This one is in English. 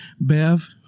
Bev